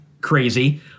crazy